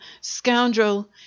Scoundrel